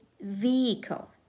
vehicle